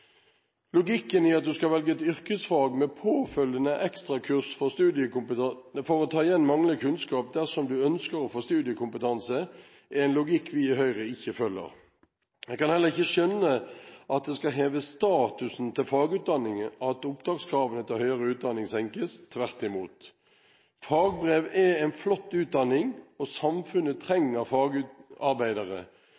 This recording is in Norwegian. Logikken i at en skal velge et yrkesfag med påfølgende ekstrakurs for å ta igjen manglende kunnskap dersom en ønsker å få studiekompetanse, er en logikk vi i Høyre ikke følger. Jeg kan heller ikke skjønne at det skal heve statusen til fagutdanningen at opptakskravene til høyere utdanning senkes – tvert imot. Fagbrev er en flott utdanning, og samfunnet